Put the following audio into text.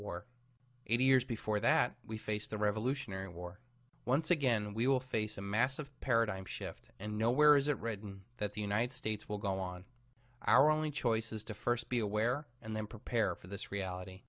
war eighty years before that we faced the revolutionary war once again we will face a massive paradigm shift and nowhere is it written that the united states will go on our only choice is to first be aware and then prepare for this reality